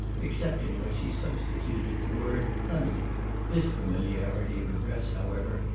excepting when she substituted the word honey this familiarity of address, however,